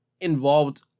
involved